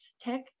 tech